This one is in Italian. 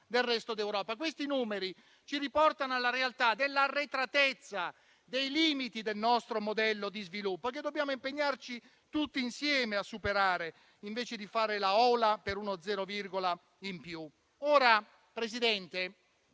del resto d'Europa. Questi numeri ci riportano alla realtà dell'arretratezza e dei limiti del nostro modello di sviluppo che dobbiamo impegnarci tutti insieme a superare, invece di fare la ola per uno zero virgola in più.